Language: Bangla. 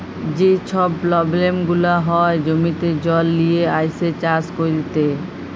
যে ছব পব্লেম গুলা হ্যয় জমিতে জল লিয়ে আইসে চাষ ক্যইরতে